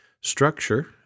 structure